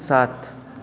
सात